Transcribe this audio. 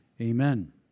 amen